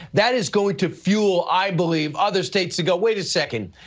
that is going to fuel, i believe, other states to go, wait a second.